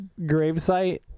gravesite